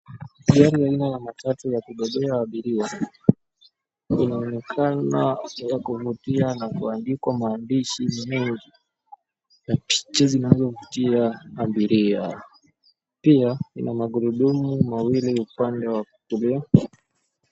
Gairi aina ya matatu ya kubebea abiria, inaonekana, niyakuvutia na kuandikwa maandishi mengi na picha zinazovutia abiria, pia ina magurudumu mawili upande wakulia.